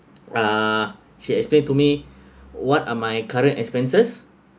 uh she explained to me what are my current expenses